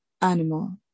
animal